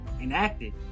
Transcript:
enacted